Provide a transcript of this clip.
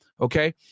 Okay